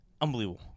Unbelievable